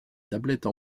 tablettes